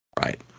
Right